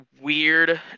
weird